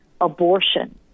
abortion